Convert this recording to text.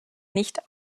nicht